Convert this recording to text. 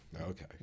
Okay